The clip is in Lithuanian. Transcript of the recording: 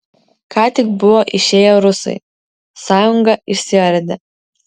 ką tik buvo išėję rusai sąjunga išsiardė